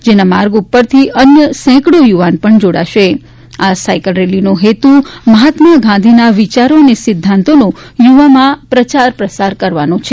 જેના માર્ગ ઉપરથી અન્ય સેંકડો યુવાન પણ જોડાશે આ સાયકલ રેલીનો હેતુ મહાત્મા ગાંધીના વિચારો અને સિદ્ધાંતોનો યુવાઓમાં પ્રચાર પ્રસાર કરવાનો છે